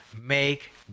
make